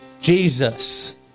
Jesus